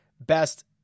best